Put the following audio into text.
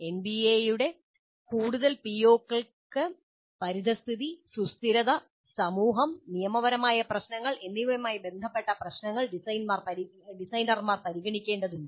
എൻബിഎയുടെ കൂടുതൽ പിഒകൾക്ക് പരിസ്ഥിതി സുസ്ഥിരത സമൂഹം നിയമപരമായ പ്രശ്നങ്ങൾ എന്നിവയുമായി ബന്ധപ്പെട്ട പ്രശ്നങ്ങൾ ഡിസൈനർമാർ പരിഗണിക്കേണ്ടതുണ്ട്